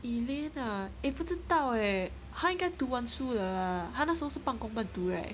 elaine ah eh 不知道 leh 他应该读完书了 lah 他那时候是半功倍读 right